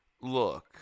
look